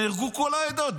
נהרגו מכל העדות,